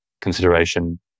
consideration